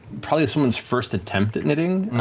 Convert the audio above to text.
probably someone's first attempt at knitting.